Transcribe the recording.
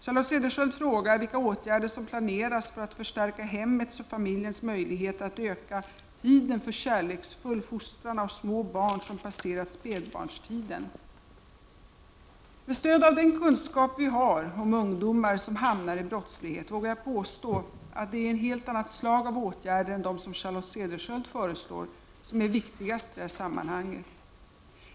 Charlotte Cederschiöld frågar vilka åtgärder som planeras för att förstärka hemmets och familjens möjligheter att öka tiden för kärleksfull fostran av små barn som passerat spädbarnstiden. Med stöd av den kunskap vi har om ungdomar som hamnar i brottslighet vågar jag påstå att det är ett helt annat slag av åtgärder än de Charlotte Cedershiöld föreslår som är viktigast i det här sammanhanget.